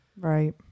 right